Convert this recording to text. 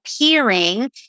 appearing